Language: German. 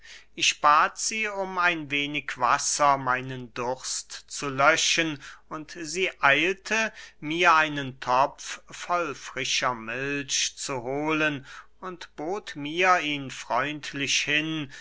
ich bat sie um ein wenig wasser meinen durst zu löschen und sie eilte mir einen topf voll frischer milch zu hohlen und bot mir ihn freundlich hin